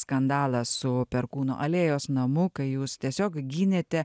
skandalą su perkūno alėjos namu kai jūs tiesiog gynėte